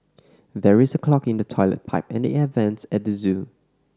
there is a clog in the toilet pipe and air vents at the zoo